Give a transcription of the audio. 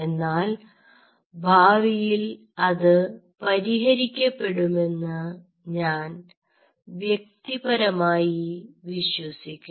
എന്നാൽ ഭാവിയിൽ അത് പരിഹരിക്കപ്പെടുമെന്ന് ഞാൻ വ്യക്തിപരമായി വിശ്വസിക്കുന്നു